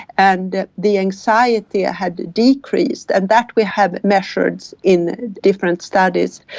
and the anxiety had decreased and that we have measured in different studies,